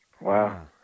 Wow